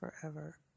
forever